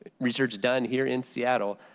research done here in seattle,